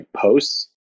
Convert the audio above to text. posts